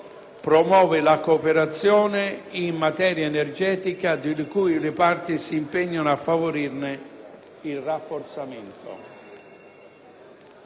promuove la cooperazione in materia energetica, di cui le parti si impegnano a favorire il rafforzamento.